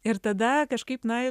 ir tada kažkaip na